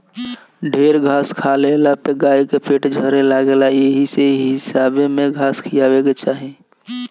ढेर घास खा लेहला पे गाई के पेट झरे लागेला एही से हिसाबे में घास खियावे के चाही